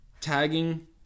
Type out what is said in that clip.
tagging